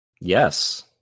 Yes